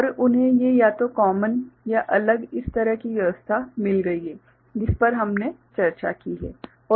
और उन्हें ये या तो कॉमन या अलग इस तरह की व्यवस्था मिल गई हैं जिस पर हमने अभी चर्चा की है